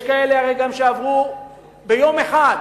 הרי יש כאלה, גם, שעברו ביום אחד,